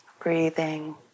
Breathing